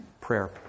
prayer